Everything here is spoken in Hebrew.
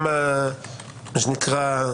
מה התוצר.